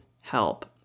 help